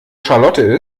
charlotte